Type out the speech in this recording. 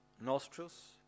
nostrils